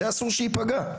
אסור שזה ייפגע.